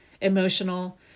emotional